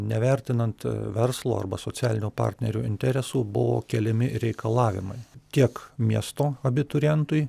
nevertinant verslo arba socialinių partnerių interesų buvo keliami reikalavimai tiek miesto abiturientui